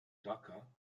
dhaka